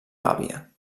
gàbia